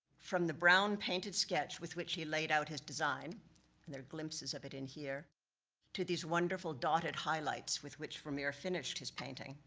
from the brown painted sketch, with which he laid out his design and there are glimpses of it in here to these wonderful dotted highlights, with which vermeer finished his painting.